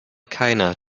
keiner